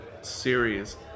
series